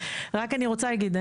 רק אני רוצה להגיד,